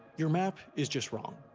your map is just wrong.